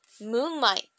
moonlight